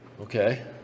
Okay